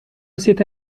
siete